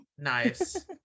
Nice